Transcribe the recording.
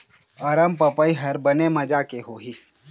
अरमपपई हर बने माजा के होही?